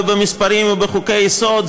במספרים ובחוקי-יסוד?